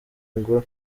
ngo